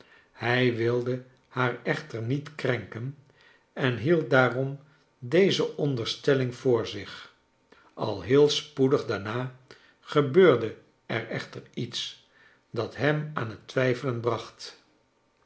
hij wilde haar echter niet krenken en hield daarom deze onderstelling voor zich al heel spoedig daarna gebeurde er echter iets dat hem aan het twijfelen bracht